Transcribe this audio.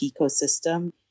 ecosystem